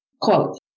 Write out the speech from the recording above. Quote